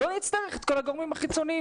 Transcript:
לא נצטרך את כל הגורמים החיצוניים,